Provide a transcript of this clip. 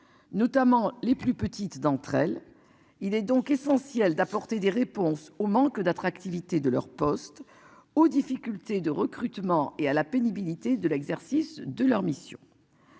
Notamment les plus petites d'entre elles. Il est donc essentiel d'apporter des réponses au manque d'attractivité de leur poste aux difficultés de recrutement et à la pénibilité de l'exercice de leur mission.